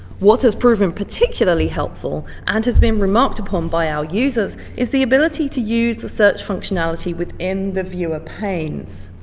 what has proven particularly helpful, and has been remarked upon by our users, is the ability to use the search functionality within the viewer panes.